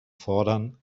fordern